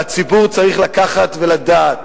והציבור צריך לקחת ולדעת: